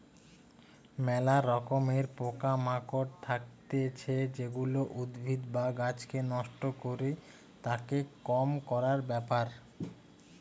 ম্যালা রকমের পোকা মাকড় থাকতিছে যেগুলা উদ্ভিদ বা গাছকে নষ্ট করে, তাকে কম করার ব্যাপার